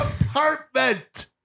apartment